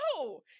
No